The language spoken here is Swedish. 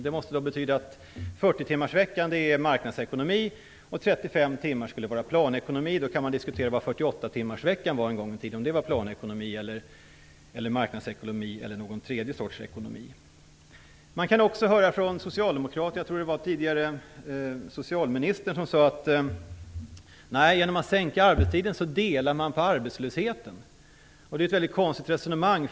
Det måste då betyda att 40-timmarsveckan är marknadsekonomi. Då kan man diskutera vad 48-timmarsveckan var en gång i tiden - om det var planekonomi eller marknadsekonomi eller någon tredje sorts ekonomi. Jag tror att det var den tidigare socialministern som sade att man delar på arbetslösheten genom att sänka arbetstiden. Det är ju ett väldigt konstigt resonemang.